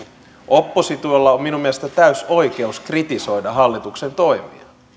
oppositiolla on minun mielestäni täysi oikeus kritisoida hallituksen toimia